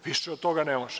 Više od toga ne može.